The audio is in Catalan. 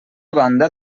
banda